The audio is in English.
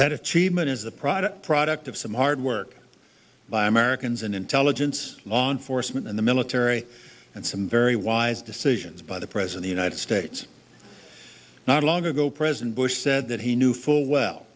achievement is a product product of some hard work by americans and intelligence law enforcement and the military and some very wise decisions by the present a united states not long ago president bush said that he knew full well